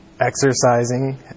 exercising